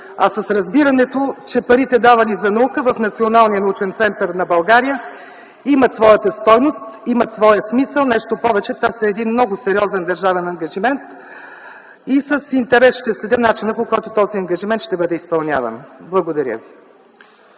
а с разбирането, че парите, давани за наука в Националния научен център на България имат своята стойност, имат своя смисъл. Нещо повече, те са един много сериозен държавен ангажимент и аз с интерес ще следя начина, по който този ангажимент ще бъде изпълняван. Благодаря.